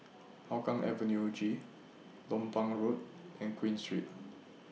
Hougang Avenue G Lompang Road and Queen Street